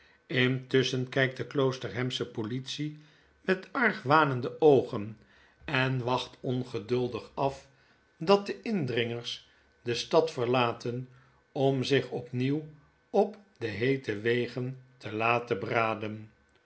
intusschen kpt de kloosterhamsche politiemet argwanende oogen en wacht ongeduldig af dat de indringers de stad verlaten om zich opnieuw op de heete wegen te laten braden